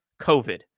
COVID